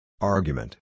Argument